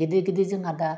गिदिर गिदिर जोंहा दा